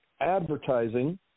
advertising